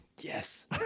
yes